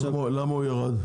אז למה הוא ירד?